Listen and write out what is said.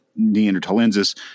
Neanderthalensis